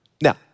Now